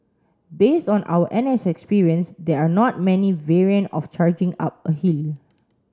based on our N S experience there are not many variant of charging up a hill